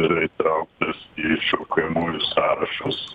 yra įtrauktas į šaukiamųjų sąrašus